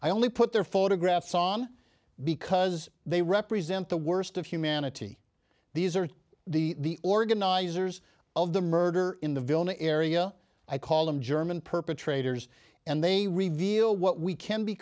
i only put their photographs on because they represent the worst of humanity these are the organizers of the murder in the vilna area i call them german perpetrators and they reveal what we can be